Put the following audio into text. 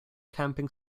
camping